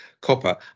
copper